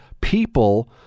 people